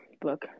book